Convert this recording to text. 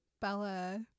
Bella